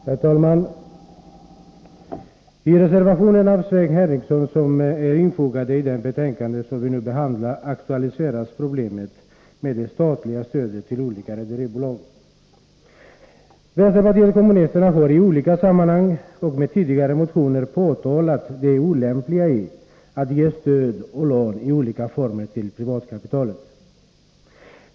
Herr talman! I den reservation av Sven Henricsson som är infogad i det betänkande som vi nu behandlar aktualiseras problemet med det statliga stödet till olika rederibolag. Vpk har i olika sammanhang och i tidigare motioner påtalat det olämpliga i att ge stöd och lån i skilda former till privatkapitalet.